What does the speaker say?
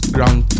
Ground